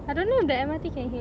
I don't know if the M_R_T can hear